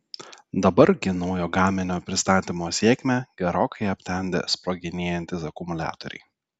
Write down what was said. dabar gi naujo gaminio pristatymo sėkmę gerokai aptemdė sproginėjantys akumuliatoriai